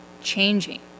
changing